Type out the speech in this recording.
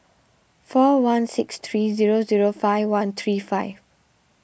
four one six three zero zero five one three five